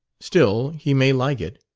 still, he may like it,